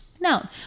Now